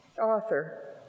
author